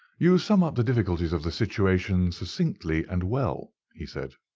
you sum up the difficulties of the situation succinctly and well, he said.